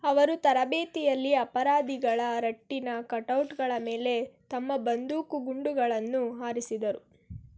ಅವರು ತರಬೇತಿಯಲ್ಲಿ ಅಪರಾಧಿಗಳ ರಟ್ಟಿನ ಕಟೌಟ್ಗಳ ಮೇಲೆ ತಮ್ಮ ಬಂದೂಕು ಗುಂಡುಗಳನ್ನು ಹಾರಿಸಿದರು